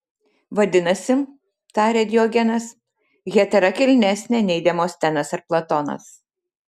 vadinasi tarė diogenas hetera kilnesnė nei demostenas ar platonas